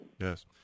Yes